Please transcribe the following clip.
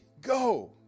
Go